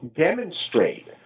demonstrate